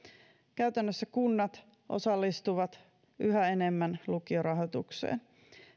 käytännössä kunnat osallistuvat yhä enemmän lukiorahoitukseen